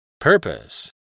Purpose